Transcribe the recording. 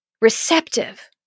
receptive